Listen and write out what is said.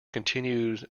continued